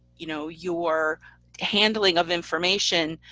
you know, your handling of information,